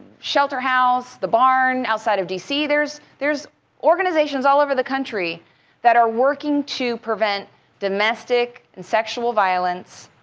shelter house, the barn outside of dc. there's there's organizations all over the country that are working to prevent domestic and sexual violence.